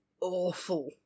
awful